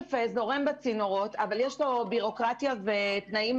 הכסף זורם בצינורות אבל יש בירוקרטיה ותנאים